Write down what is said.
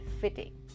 fitting